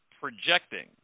projecting